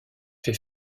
fait